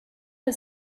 had